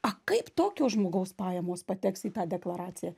a kaip tokio žmogaus pajamos pateks į tą deklaraciją